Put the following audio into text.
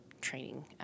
training